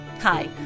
Hi